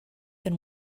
than